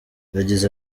yagize